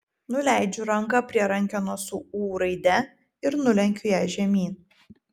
nuleidžiu ranką prie rankenos su ū raide ir nulenkiu ją žemyn